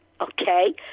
Okay